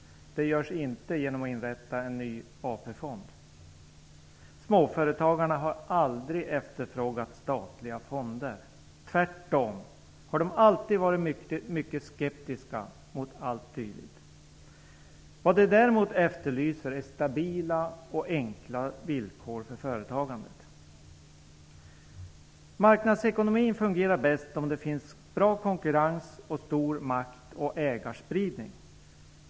Det görs inte genom inrättande av en ny AP-fond. Småföretagarna har aldrig efterfrågat statliga fonder. Tvärtom har de alltid varit mycket skeptiska mot allt dylikt. Vad de däremot efterlyser är stabila och enkla villkor för företagandet. Marknadsekonomin fungerar bäst om det finns bra konkurrens och stor makt och ägarspridning.